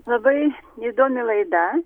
labai įdomi laida